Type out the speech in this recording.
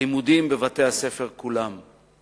לימודים בבתי-הספר כולם.